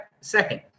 second